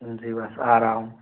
जी बस आ रहा हूँ